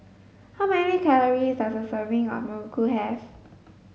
how many calories does a serving of Muruku have